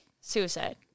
suicide